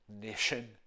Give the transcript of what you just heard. nation